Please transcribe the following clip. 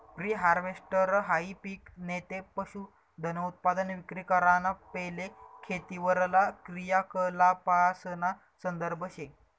pre हारवेस्टहाई पिक नैते पशुधनउत्पादन विक्री कराना पैले खेतीवरला क्रियाकलापासना संदर्भ शे